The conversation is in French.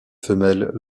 femelles